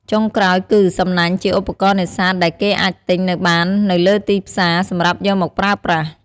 ចុងក្រោយគឺ សំណាញ់ជាឧបករណ៍នេសាទដែលគេអាចទិញនៅបាននៅលើទីផ្សារសម្រាប់យកមកប្រើប្រាស់។